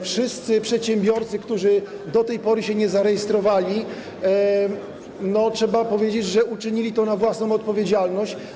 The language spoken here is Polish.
Wszyscy przedsiębiorcy, którzy do tej pory się nie zarejestrowali, trzeba powiedzieć, uczynili to na własną odpowiedzialność.